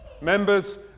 members